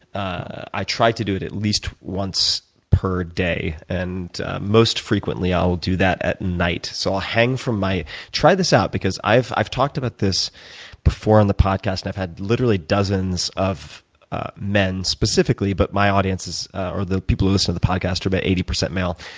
i try to do it at least once per day. and most frequently, i will do that at night. so i'll hang from my try this out, because i've i've talked about this before on the podcast, and i've had literally dozens of men specifically, but my audience or the people who listen to the podcast are about eighty percent male